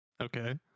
Okay